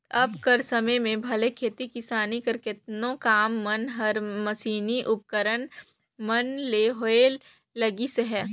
अब कर समे में भले खेती किसानी कर केतनो काम मन हर मसीनी उपकरन मन ले होए लगिस अहे